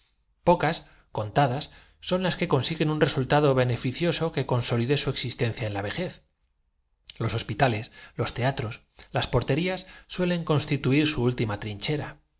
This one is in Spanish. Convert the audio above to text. de sus hechizos por segunda vez sigan la senda que consolide su existencia en la vejez los hospitales los teatros las porterías suelen constituir su última